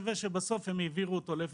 שבסוף הם העבירו אותו להיכן